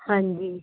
ਹਾਂਜੀ